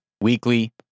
weekly